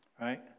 Right